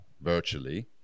virtually